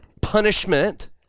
punishment